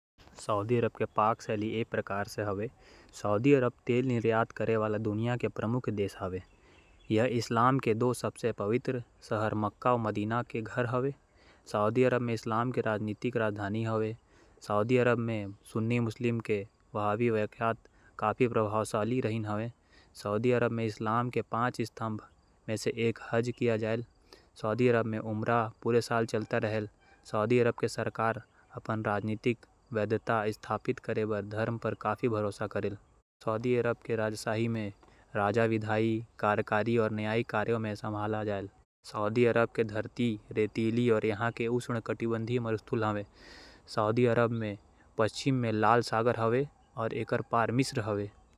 Saudi Arab मध्य पूर्व म एक अरब देश हावय। ए ह इस्लामिक राजतंत्र हरय। सउदी अरब के बारे म कतकोन बिसेस बात। सऊदी अरब के राजधानी रियाद हवय। ए ह विशव के दूसर सबले बड़का तेल उत्पादक अउ। सबले बड़े तेल निर्यातक हरय। मक्का अउ मदीना सऊदी अरब म इस्लाम के दू ठिन पवित्र सहर हरय। सऊदी अरब के राजभाषा अरबी हावय। सऊदी अरब म इस्लाम आधिकारिक धर्म हरय। सऊदी अरब म रेगिस्तान, निचला भूमि, मैदानी, अउ पहाड़ हे। सऊदी अरब म कई प्राचीन संस्कृति अउ सभ्यता के विकास होए हावय। सऊदी अरब म हजारों बछर ले आभूषण के उपयोग होवत हे।